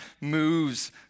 moves